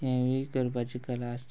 हेंवूय करपाची कला आसता